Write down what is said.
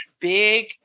big